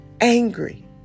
angry